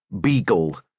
Beagle